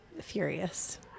furious